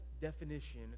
definition